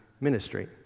ministry